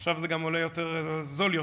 עכשיו זה גם זול יותר,